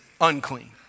unclean